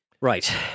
right